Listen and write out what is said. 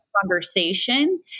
conversation